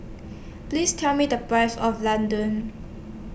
Please Tell Me The Price of Laddu